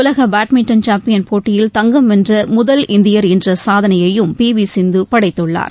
உலக badminton champion போட்டியில் தங்கம் வென்ற முதல் இந்தியர் என்ற சாதனையையும் பி வி சிந்து படைத்தார்